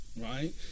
right